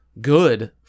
good